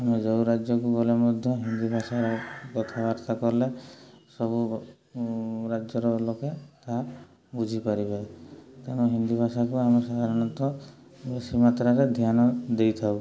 ଆମେ ଯେଉଁ ରାଜ୍ୟକୁ ଗଲେ ମଧ୍ୟ ହିନ୍ଦୀ ଭାଷାର କଥାବାର୍ତ୍ତା କଲେ ସବୁ ରାଜ୍ୟର ଲୋକେ ତାହା ବୁଝିପାରିବେ ତେଣୁ ହିନ୍ଦୀ ଭାଷାକୁ ଆମେ ସାଧାରଣତଃ ବେଶୀ ମାତ୍ରାରେ ଧ୍ୟାନ ଦେଇଥାଉ